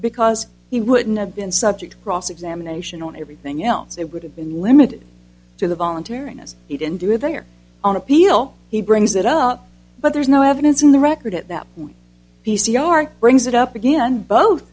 because he wouldn't have been subject to cross examination on everything else it would have been limited to the voluntariness he didn't do it there on appeal he brings that up but there's no evidence in the record at that point p c r brings it up again both